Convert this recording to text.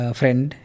friend